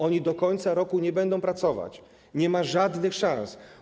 Oni do końca roku nie będą pracować, nie ma na to żadnych szans.